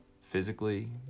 physically